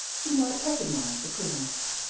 he might recognize the prisoners.